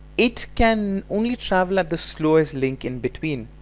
it can only travel at the slowest link in between.